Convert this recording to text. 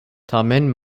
tamen